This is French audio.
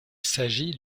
s’agit